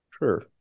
Sure